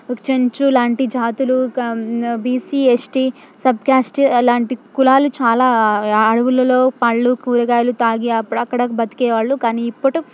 ఒక చెంచు లాంటి జాతులు క బీసీ ఎస్టీ సబ్కాస్ట్ ఇలాంటి కులాలు చాలా అడవులలో పళ్ళు కూరగాయలు త్రాగి అప్పుడు అక్కడ బ్రతికేవాళ్ళు కానీ ఇప్పుడు